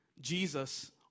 Jesus